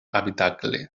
habitacle